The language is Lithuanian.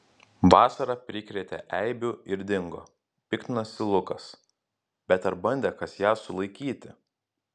vasara prikrėtė eibių ir dingo piktinosi lukas bet ar bandė kas ją sulaikyti